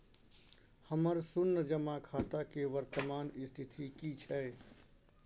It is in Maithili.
हमर शुन्य जमा खाता के वर्तमान स्थिति की छै?